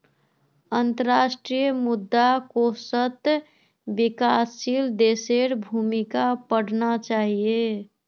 अंतर्राष्ट्रीय मुद्रा कोषत विकासशील देशेर भूमिका पढ़ना चाहिए